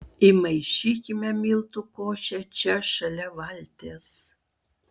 įmaišykime miltų košę čia šalia valties